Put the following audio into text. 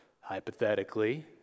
hypothetically